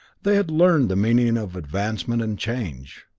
they had learned the meaning of advancement and change.